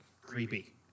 Creepy